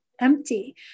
empty